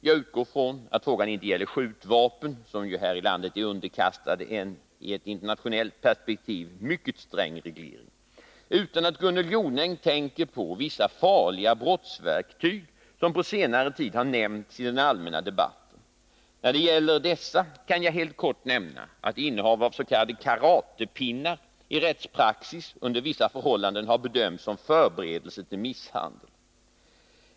Jag utgår från att frågan inte gäller skjutvapen, som ju här i landet är underkastade en i ett internationellt perspektiv mycket sträng reglering, utan att Gunnel Jonäng tänker på vissa farliga brottsverktyg som på senare tid har nämnts i den allmänna debatten. När det gäller dessa kan jag helt kort nämna att innehav avs.k. karatepinnar i rättspraxis under vissa förhållanden har bedömts som förberedelse till misshandel.